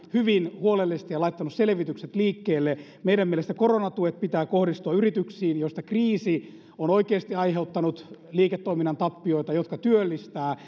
hyvin huolellisesti ja laittanut selvitykset liikkeelle meidän mielestämme koronatukien pitää kohdistua yrityksiin joissa kriisi on oikeasti aiheuttanut liiketoiminnan tappioita jotka työllistävät